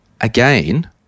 Again